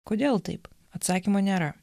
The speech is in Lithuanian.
kodėl taip atsakymo nėra